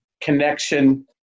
connection